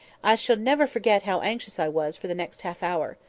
i shall never forget how anxious i was for the next half hour.